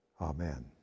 Amen